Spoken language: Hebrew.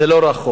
זה לא רחוק.